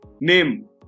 Name